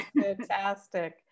fantastic